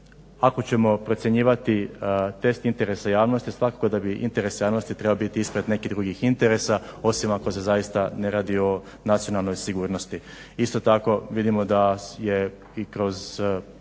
ako ćemo procjenjivati test interesa javnosti svakako da bi interes javnosti trebao biti ispred nekih drugih interesa osim ako se zaista ne radi o nacionalnoj sigurnosti. Isto tako vidimo da je i kroz